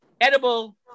Edible